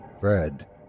Fred